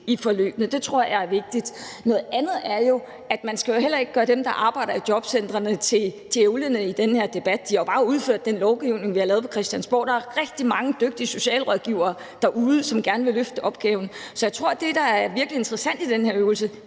i forløbene. Det tror jeg er vigtigt. Noget andet er, at man heller ikke skal gøre dem, der arbejder i jobcentrene, til djævle i den her debat. De har jo bare arbejdet efter den lovgivning, vi har lavet på Christiansborg. Der er rigtig mange dygtige socialrådgivere derude, som gerne vil løfte opgaven. Så jeg tror, at det, der er virkelig interessant i den her øvelse,